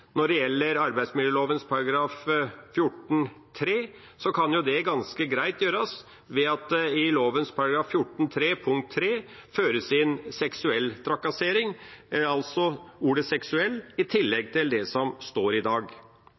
kan det ganske greit gjøres ved at det i lovens § 4-3 føres inn seksuell trakassering, altså ordet «seksuell» i tillegg til det som står i dag.